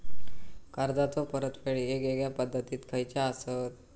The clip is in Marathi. कर्जाचो परतफेड येगयेगल्या पद्धती खयच्या असात?